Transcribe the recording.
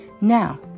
Now